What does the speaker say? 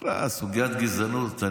סוגיית הגזענות,